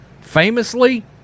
Famously